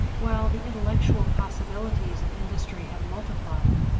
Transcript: while the intellectual possibilities of industry have multiplied,